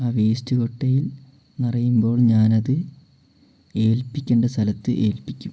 ആ വേസ്റ്റ് കൊട്ടയിൽ നിറയുമ്പോൾ ഞാനത് ഏൽപ്പിക്കേണ്ട സ്ഥലത്ത് ഏൽപ്പിക്കും